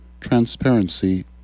transparency